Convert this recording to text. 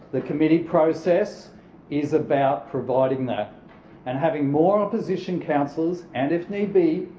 the committee process is about providing that and having more opposition councillors and if need be,